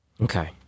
Okay